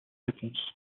réponses